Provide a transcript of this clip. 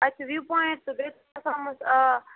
اَتہِ چھِ view point تہٕ بیٚیہِ کیٛاہ تھامَتھ آ